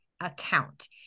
account